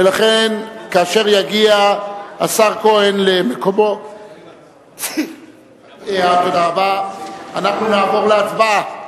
ולכן כאשר יגיע השר כהן למקומו אנחנו נעבור להצבעה.